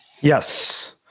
Yes